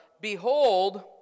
Behold